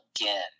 again